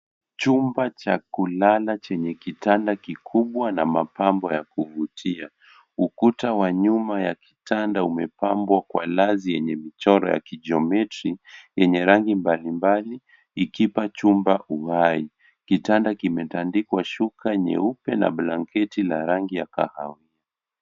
Chumba cha kulala chenye kitanda kikubwa na mapambo ya kuvutia. Ukuta wa nyuma ya kitanda umepambwa kwa rangi yenye mtindo wa lazi yenye michoro ya geometry yenye rangi mbalimbali ikipa chumba uhai. Kitanda kimetandikwa shuka nyeupe na blanketi ya rangi ya kahawa.